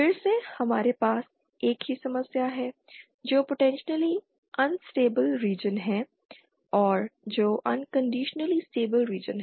फिर से हमारे पास एक ही समस्या है जो पोटेंशियली अनस्टेबिल रीजन है और जो अनकण्डीशनली स्टेबिल रीजन है